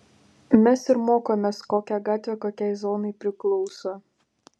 mes ir mokomės kokia gatvė kokiai zonai priklauso